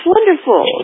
wonderful